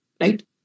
Right